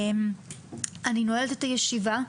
אני נועלת את הישיבה,